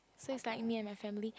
so its like me and my family